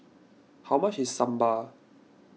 how much is Sambar